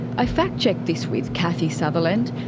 i fact checked this with kathie sutherland.